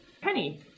Penny